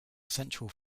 central